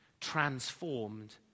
transformed